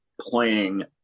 playing